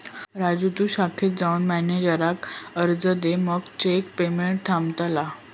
राजू तु शाखेत जाऊन मॅनेजराक अर्ज दे मगे चेक पेमेंट थांबतला